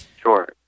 Sure